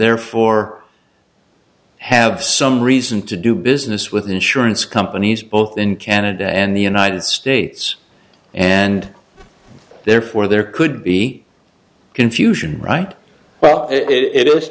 therefore have some reason to do business with insurance companies both in canada and the united states and therefore there could be confusion right well it i